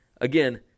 Again